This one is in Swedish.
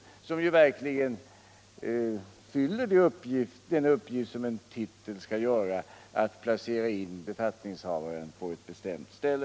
som ju verkligen fyller den uppgift en titel skall ha, nämligen att placera in befattningshavaren på ett bestämt ställe.